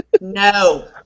No